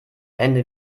ende